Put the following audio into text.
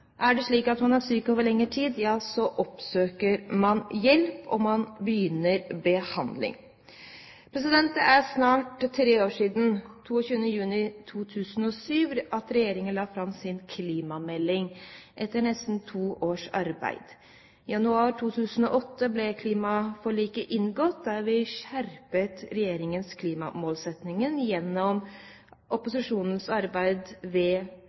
det er slik at man er syk over lengre tid, så oppsøker man hjelp, og man begynner behandling. Det er snart tre år siden, 22. juni 2007, at regjeringen la fram sin klimamelding etter nesten to års arbeid. I januar 2008 ble klimaforliket inngått, der vi skjerpet regjeringens klimamålsetting gjennom opposisjonens arbeid, ved